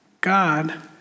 God